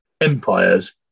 empires